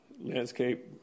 landscape